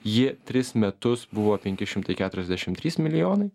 ji tris metus buvo penki šimtai keturiasdešim trys milijonai